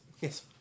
Yes